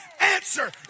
answer